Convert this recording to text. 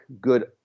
good